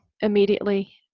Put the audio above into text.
immediately